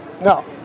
No